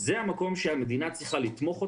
זה המקום שהמדינה צריכה לתמוך אותם,